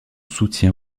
soutien